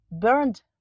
burned